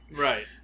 Right